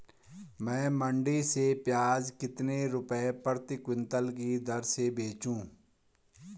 मैं मंडी में प्याज कितने रुपये प्रति क्विंटल की दर से बेचूं?